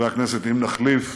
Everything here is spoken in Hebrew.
חברי הכנסת, אם נחליף